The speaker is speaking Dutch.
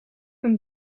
een